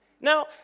Now